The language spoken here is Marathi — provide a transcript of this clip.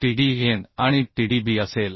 आणि tdb असेल